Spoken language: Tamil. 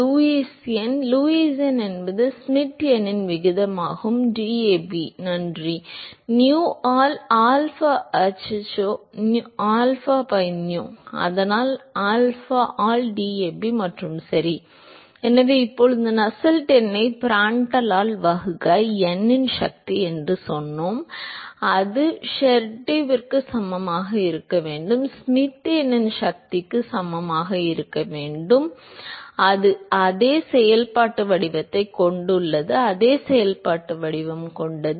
லூயிஸ் எண் லூயிஸ் எண் என்பது ஷ்மிட் எண்ணின் விகிதமாகும் DAB நன்றி Nu ஆல் ஆல்பா அச்சச்சோ ஆல்பா பை நு அதனால் ஆல்பா ஆல் DAB மற்றும் சரி எனவே இப்போது நஸ்ஸெல்ட் எண்ணை ப்ராண்டால் ஆல் வகுக்க n இன் சக்தி என்று சொன்னோம் அது ஷெர்வுட்டிற்கு சமமாக இருக்க வேண்டும் ஸ்மிட் எண்ணின் சக்திக்கு சமமாக இருக்க வேண்டும் அது அதே செயல்பாட்டு வடிவத்தைக் கொண்டுள்ளது அதே செயல்பாட்டு வடிவம் கொண்டது